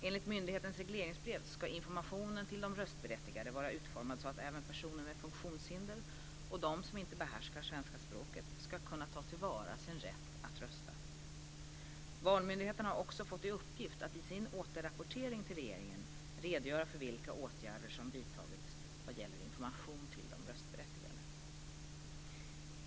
Enligt myndighetens regleringsbrev ska informationen till de röstberättigade vara utformad så att även personer med funktionshinder och de som inte behärskar svenska språket ska kunna ta till vara sin rätt att rösta. Valmyndigheten har också fått i uppgift att i sin återrapportering till regeringen redogöra för vilka åtgärder som vidtagits vad gäller information till de röstberättigade.